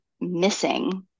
missing